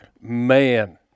Man